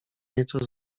nieco